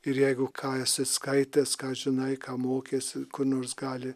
ir jeigu ką esi skaitęs ką žinai ką mokeisi nors gali